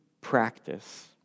practice